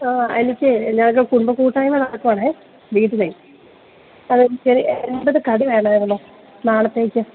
എനിക്കേ ഞങ്ങള്ക്ക് കുടുംബ കൂട്ടായ്മ നടക്കുവാണെ വീട്ടിലേ എൺപത് കടി വേണമായിരുന്നു നാളത്തേക്ക്